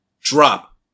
Drop